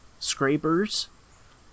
scrapers